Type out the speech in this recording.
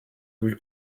with